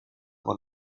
con